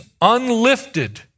unlifted